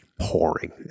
pouring